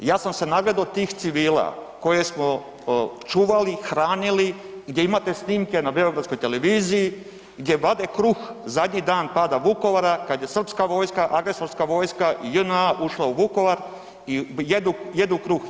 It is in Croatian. Ja sam se nagledao tih civila koje smo čuvali, hranili, gdje imate snimke na beogradskoj televiziji gdje vade kruh, zadnji dan pada Vukovara, kad je srpska vojska, agresorska vojska i JNA ušla u Vukovar i jedu kruh.